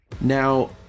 Now